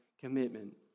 commitment